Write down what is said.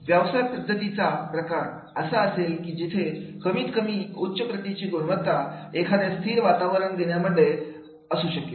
व्यवसाय पद्धतीचा प्रकार असा असेल की जिथे कमी किमतीत उच्च प्रतिची गुणवत्ता एखाद्या स्थिर वातावरणामध्ये देणे असे असू शकते